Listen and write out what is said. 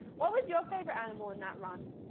what was your favorite animal in that rhyme?